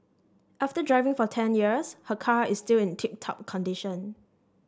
after driving for ten years her car is still in tip top condition